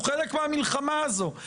הוא חלק מהמלחמה הזאת.